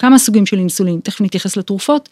כמה סוגים של אינסולין תכף נתייחס לתרופות.